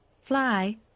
Fly